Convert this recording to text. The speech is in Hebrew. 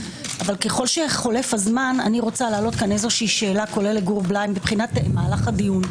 אבל ככל שחולף הזמן אני רוצה להעלות שאלה לגור בליי על מהלך הדיון.